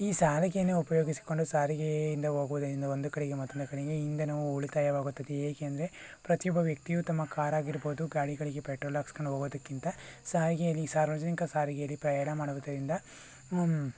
ಈ ಸಾರಿಗೆನೆ ಉಪಯೋಗಿಸಿಕೊಂಡು ಸಾರಿಗೆಯಿಂದ ಹೋಗೋದರಿಂದ ಒಂದು ಕಡೆಗೆ ಮತ್ತೊಂದು ಕಡೆಗೆ ಇಂಧನವು ಉಳಿತಾಯವಾಗುತ್ತದೆ ಏಕೆಂದರೆ ಪ್ರತಿಯೊಬ್ಬ ವ್ಯಕ್ತಿಯು ತಮ್ಮ ಕಾರ್ ಆಗಿರ್ಬೋದು ಗಾಡಿಗಳಿಗೆ ಪೆಟ್ರೋಲ್ ಹಾಕ್ಸ್ಕೊಂಡು ಹೋಗೋದಕ್ಕಿಂತ ಸಾರಿಗೆಯಲ್ಲಿ ಸಾರ್ವಜನಿಕ ಸಾರಿಗೆಯಲ್ಲಿ ಪ್ರಯಾಣ ಮಾಡುವುದರಿಂದ